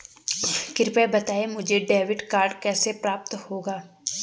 कृपया बताएँ मुझे डेबिट कार्ड कैसे प्राप्त होगा?